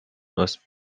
must